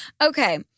Okay